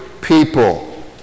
people